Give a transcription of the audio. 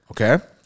Okay